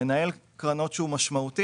עם מנהל קרנות שהוא משמעותי,